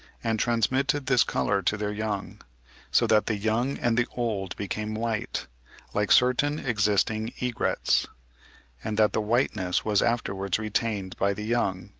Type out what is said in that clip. and transmitted this colour to their young so that the young and the old became white like certain existing egrets and that the whiteness was afterwards retained by the young,